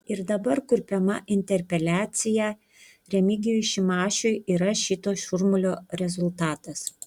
ir dabar kurpiama interpeliacija remigijui šimašiui yra šito šurmulio rezultatas